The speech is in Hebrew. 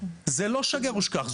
זה לא שגר ושכח.